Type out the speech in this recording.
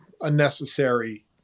unnecessary